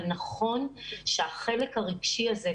אבל נכון שהחלק הרגשי הזה,